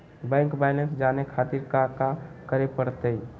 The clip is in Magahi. बैंक बैलेंस जाने खातिर काका करे पड़तई?